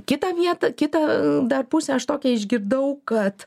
kitą vietą kitą dar pusę aš tokią išgirdau kad